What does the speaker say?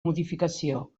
modificació